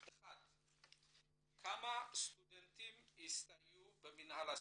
1. כמה סטודנטים יסתייעו במינהל הסטודנטים,